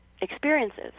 experiences